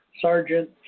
Sergeant